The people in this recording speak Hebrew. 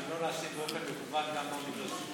והן לא נעשות באופן מקוון גם באוניברסיטאות.